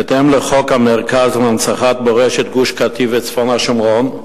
בהתאם לחוק המרכז להנצחת מורשת גוש-קטיף וצפון השומרון,